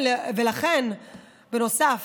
נוסף